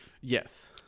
Yes